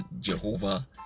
Jehovah